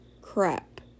crap